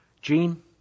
Gene